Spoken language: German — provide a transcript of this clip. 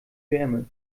wärme